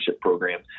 program